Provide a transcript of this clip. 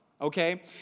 okay